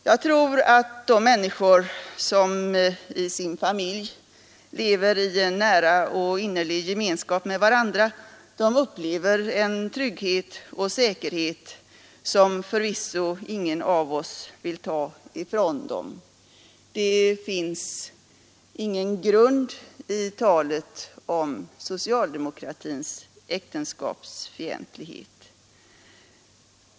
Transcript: Jag tror att de människor som i sin familj lever i en nära och innerlig gemenskap med varandra upplever en trygghet och säkerhet som förvisso ingen i mitt parti vill ta ifrån dem. Det finns ingen grund för talet om socialdemokratins äktenskapsfientlighet.